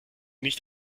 nicht